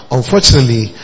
unfortunately